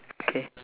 okay